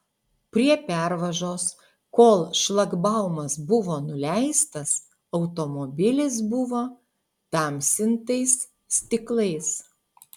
prie pervažos kol šlagbaumas buvo nuleistas automobilis buvo tamsintais stiklais